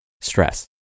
stress